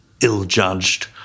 ill-judged